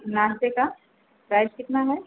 नाश्ते का प्राइस कितना है